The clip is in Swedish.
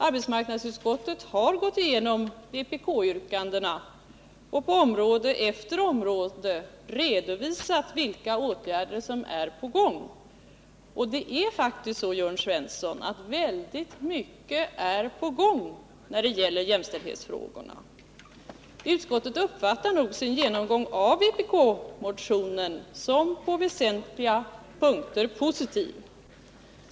Arbetsmarknadsutskottet har gått igenom vpk-yrkandena och på område efter område redovisat vilka åtgärder som är på gång. Och det är faktiskt så, Jörn Svensson, att väldigt mycket är på gång när det gäller jämställdhetsfrågorna. Utskottet uppfattar nog sin genomgång av vpk-motionen som på väsentliga punkter positiv.